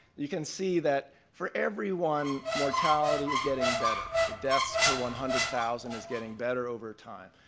you can see that for everyone, mortality is getting better. the deaths per one hundred thousand is getting better over time.